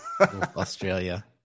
Australia